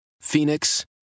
Phoenix